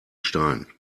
stein